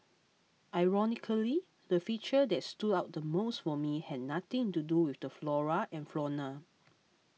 ironically the feature that stood out the most for me had nothing to do with the flora and fauna